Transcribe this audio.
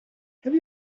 have